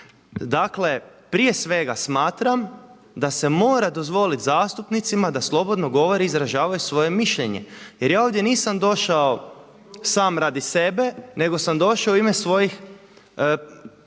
Dakle, prije svega smatram da se mora dozvoliti zastupnicima da slobodno govore i izražavaju svoje mišljenje jer ja ovdje nisam došao sam radi sebe nego sam došao u ime svojih birača